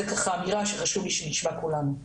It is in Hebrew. זו אמירה שחשוב לי שנשמע כולנו.